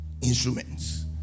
instruments